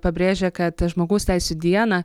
pabrėžė kad žmogaus teisių dieną